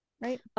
right